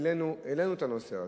העלינו את הנושא הזה.